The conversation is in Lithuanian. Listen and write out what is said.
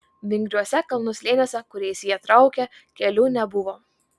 vingriuose kalnų slėniuose kuriais jie traukė kelių nebuvo